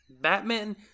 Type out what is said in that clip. Batman